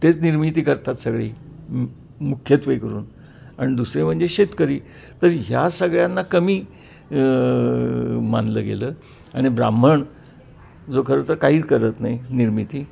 तेच निर्मिती करतात सगळी मुख्यत्वे करून आणि दुसरे म्हणजे शेतकरी तर ह्या सगळ्यांना कमी मानलं गेलं आणि ब्राह्मण जो खरं तर काहीच करत नाही निर्मिती